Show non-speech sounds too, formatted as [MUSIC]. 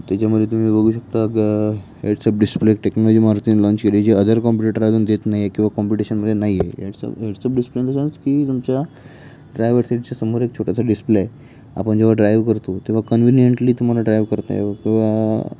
त्याच्यामध्ये तुम्ही बघू शकता ग हेडसअप डिस्प्ले टेक्नॉजी मारुतीने लाँच केली जे अदर कॉम्पिटीटटर अजून देत नाही आहे किंवा कॉम्पिटिशनमध्ये नाही आहे हेडसअ हेडसअप डिस्प्ले [UNINTELLIGIBLE] की तुमच्या ड्रायवर सीटच्या समोर एक छोटासा डिस्प्ले आहे आपण जेव्हा ड्राइव्ह करतो तेव्हा कन्विनियंटली तुम्हाला ड्राइव्ह करता यावं किंवा